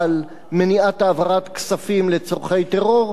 על מניעת העברת כספים לצורכי טרור,